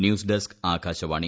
news desk Akashvani